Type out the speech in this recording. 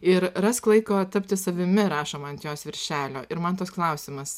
ir rask laiko tapti savimi rašoma ant jos viršelio ir man toks klausimas